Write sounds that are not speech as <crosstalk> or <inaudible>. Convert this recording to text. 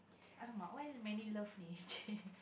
!alamak! why many love <laughs>